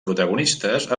protagonistes